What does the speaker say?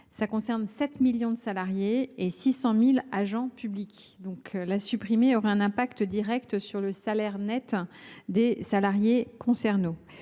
qui concerne 7 millions de salariés et 600 000 agents publics. Une telle mesure aurait un effet direct sur le salaire net des salariés concernés.